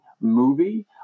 movie